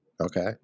Okay